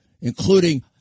including